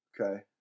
Okay